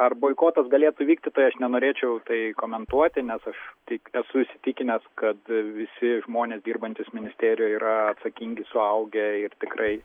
ar boikotas galėtų įvykti tai aš nenorėčiau tai komentuoti nes aš tik esu įsitikinęs kad visi žmonės dirbantys ministerijoj yra atsakingi suaugę ir tikrai